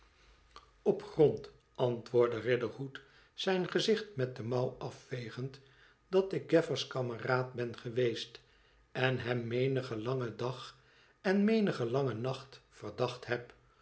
op grond antwoordde riderhood zijn gezicht met de mouw afvegende dat ik gaffer's kameraad ben geweest en hem menigen langen dag en menigen langen nacht verdacht heb